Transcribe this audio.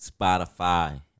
Spotify